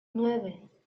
nueve